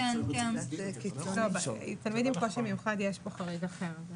לגבי תלמיד עם קושי מיוחד, יש כאן חריג אחר.